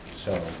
so,